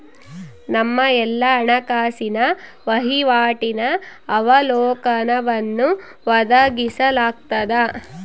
ನಮ್ಮ ಎಲ್ಲಾ ಹಣಕಾಸಿನ ವಹಿವಾಟಿನ ಅವಲೋಕನವನ್ನು ಒದಗಿಸಲಾಗ್ತದ